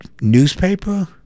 newspaper